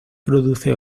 produce